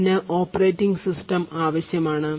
ഇതിന് operating system ആവശ്യമാണ്